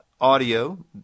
audio